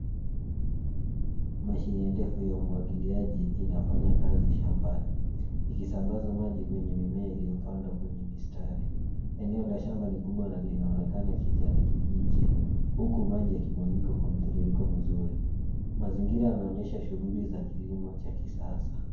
Mashine ndefu ya umwagiliaji inafanya kazi shambani ikisambaza maji kwenye mimea iliyopandwa kwenye mistari. Eneo la shamba ni kubwa na linaonekana kijani kibichi huku maji yakimwagika kwa mtiririko mzuri. Mazingira yanaonyesha shughuli za kilimo cha kisasa.